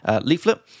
leaflet